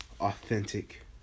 authentic